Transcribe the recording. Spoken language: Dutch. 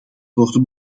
worden